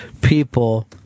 people